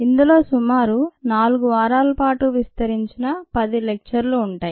ఇందులో సుమారు 4 వారాల పాటు విస్తరించిన 10 లెక్చర్లు ఉంటాయి